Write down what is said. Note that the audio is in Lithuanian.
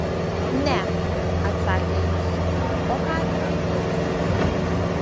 ne atsakė jis o ką rytoj veiksi tu